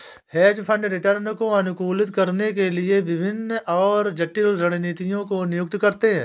hedge fund return को अनुकूलित करने के लिए विभिन्न और जटिल रणनीतियों को नियुक्त करते हैं